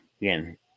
again